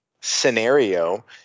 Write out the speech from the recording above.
scenario